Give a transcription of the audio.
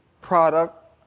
product